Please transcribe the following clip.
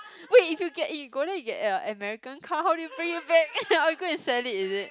wait if you get if you go there you get uh American car how do you bring it back or you go and sell it is it